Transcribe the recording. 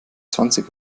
zwanzig